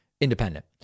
independent